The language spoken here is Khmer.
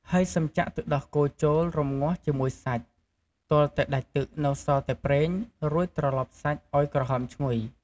ហើយសិមចាក់ទឹកដោះគោចូលរម្ងាស់ជាមួយសាច់ ទាល់តែដាច់ទឹកនៅសល់តែប្រេង រួចត្រលប់សាច់ឱ្យក្រហមឈ្ងុយ។